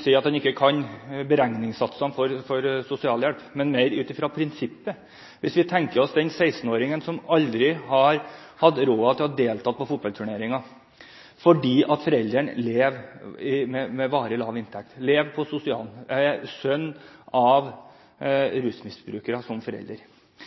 sier at han ikke kan beregningssatsene for sosialhjelp, har jeg lyst til å utfordre ham litt videre – litt mer ut fra prinsippet. Vi tenker oss en 16-åring som aldri har hatt råd til å delta på fotballturneringer fordi foreldrene lever med varig lav inntekt, lever på sosialen, at foreldrene er rusmisbrukere: